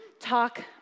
Talk